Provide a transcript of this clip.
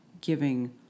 giving